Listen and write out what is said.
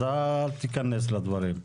אז אל תיכנס לדברים.